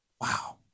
Wow